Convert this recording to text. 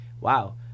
wow